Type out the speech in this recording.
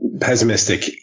pessimistic